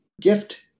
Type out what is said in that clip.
gift